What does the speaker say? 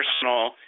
personal